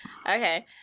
okay